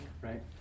right